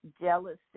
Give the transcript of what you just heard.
jealousy